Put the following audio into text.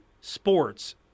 Sports